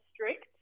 strict